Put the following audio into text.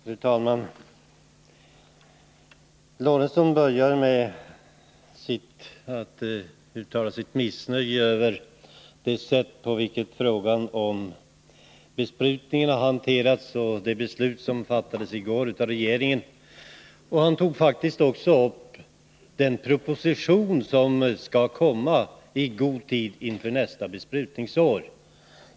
Fru talman! Sven Eric Lorentzon börjar med att uttala sitt missnöje över det sätt på vilket frågan om besprutning har hanterats och det beslut som regeringen i går fattade. Han tog faktiskt också upp den proposition som skall läggas fram i god tid inför nästa besprutningssäsong.